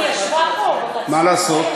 היא ישבה פה, מה לעשות?